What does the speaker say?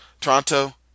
Toronto